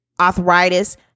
arthritis